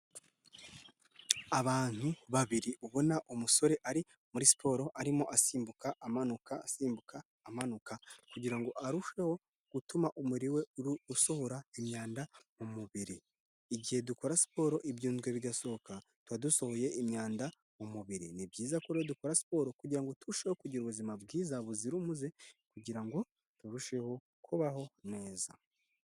Abantu babiri ubona umusore ari muri siporo arimo asimbuka, amanuka, asimbuka, amanuka. Kugira ngo arusheho gutuma umubiri we usohora imyanda mu mubiri, igihe dukora siporo ibyunzwe bigasohoka tuba dusohoye imyanda mu mubiri. Ni byiza kuko dukora siporo kugirango turusheho kugira ubuzima bwiza buzira umuze, kugirango turusheho kubaho neza.